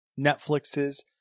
Netflix's